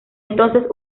entonces